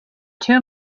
two